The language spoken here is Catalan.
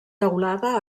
teulada